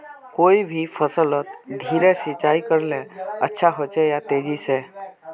कोई भी फसलोत धीरे सिंचाई करले अच्छा होचे या तेजी से?